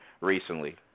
recently